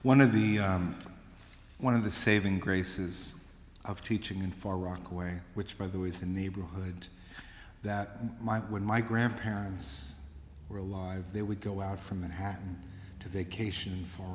one of the one of the saving graces of teaching in far rockaway which by the way is a neighborhood that my when my grandparents were alive they would go out from manhattan to vacation for